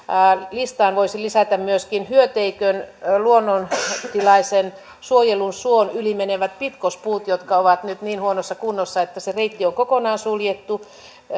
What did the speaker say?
listaan voisi lisätä myöskin hyöteikön luonnontilaisen suojelusuon yli menevät pitkospuut jotka ovat nyt niin huonossa kunnossa että se reitti on kokonaan suljettu